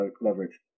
leverage